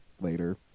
later